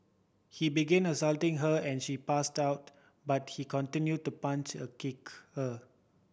he began assaulting her and she passed out but he continued to punch a kick her